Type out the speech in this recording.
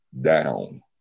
down